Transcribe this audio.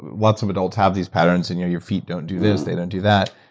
lots of adults have these patterns, and your your feet don't do this, they don't do that.